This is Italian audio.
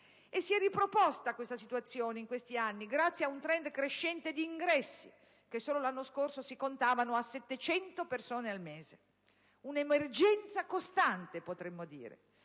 E si è riproposta questa situazione in questi anni, grazie ad un *trend* crescente di ingressi, che solo l'anno scorso si contavano a 700 persone al mese: un'emergenza costante, potremmo dire,